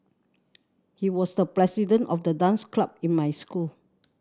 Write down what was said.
he was the president of the dance club in my school